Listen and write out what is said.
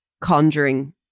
conjuring